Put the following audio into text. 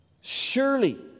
Surely